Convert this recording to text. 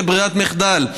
ברירת מחדל,